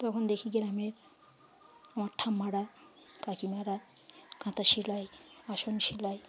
তখন দেখি গ্রামের আমার ঠাম্মারা কাকিমারা কাঁথা সেলাই আসন সেলাই